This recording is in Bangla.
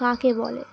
কাকে বলে